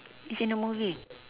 it's in the movie